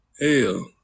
Hell